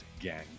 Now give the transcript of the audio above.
Gang